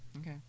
okay